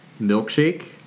milkshake